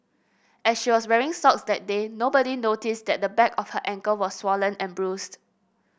as she was wearing socks that day nobody noticed that the back of her ankle was swollen and bruised